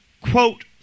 quote